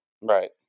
Right